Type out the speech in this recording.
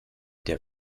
der